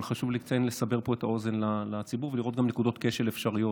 אבל חשוב לי גם לסבר פה את האוזן לציבור ולראות גם נקודות כשל אפשריות